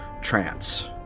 trance